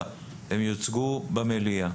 הן יוצגו במליאה.